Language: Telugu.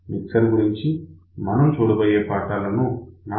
మిక్సర్ గురించి మనం చూడబోయే పాఠాలను నా పి